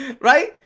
Right